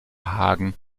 hagen